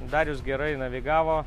darius gerai navigavo